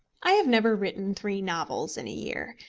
i have never written three novels in a year,